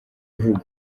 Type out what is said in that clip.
bihugu